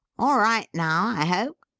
all right now, i hope?